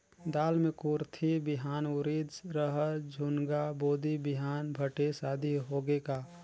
दाल मे कुरथी बिहान, उरीद, रहर, झुनगा, बोदी बिहान भटेस आदि होगे का?